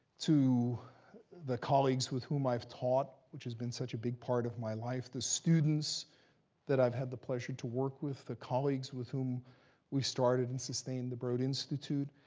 to the colleagues with whom i've taught, which has been such a big part of my life, the students that i've had the pleasure to work with, the colleagues with whom we've started and sustained the broad institute.